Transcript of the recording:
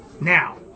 Now